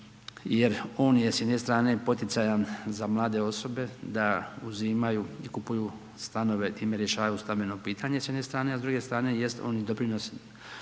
jer on je s jedne strane poticajan za mlade osobe da uzimaju i kupuju stanove, time rješavaju stambeno pitanje s jedne strane, a s druge strane jest oni doprinos